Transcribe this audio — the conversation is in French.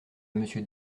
monsieur